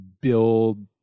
build